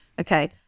okay